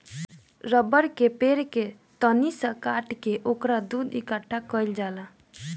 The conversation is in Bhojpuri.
रबड़ के पेड़ के तनी सा काट के ओकर दूध इकट्ठा कइल जाला